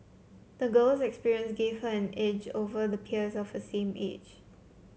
the girl's experiences gave her an edge over her peers of the same age